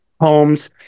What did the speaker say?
homes